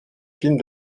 films